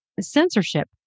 censorship